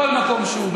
בכל מקום שהוא,